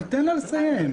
אבל תן לה לסיים.